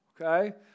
Okay